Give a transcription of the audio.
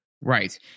Right